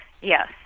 Yes